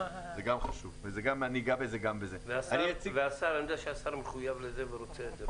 אני יודע שהשר מחויב לזה ורוצה את זה.